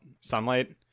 sunlight